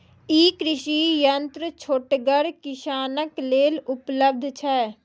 ई कृषि यंत्र छोटगर किसानक लेल उपलव्ध छै?